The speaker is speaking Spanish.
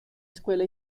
escuela